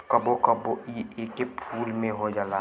कबो कबो इ एके फूल में हो जाला